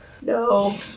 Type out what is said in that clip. No